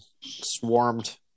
swarmed